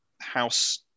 house